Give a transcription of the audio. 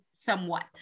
Somewhat